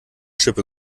schippe